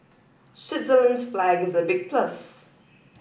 Switzerland's flag is a big plus